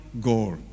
goal